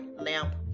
lamp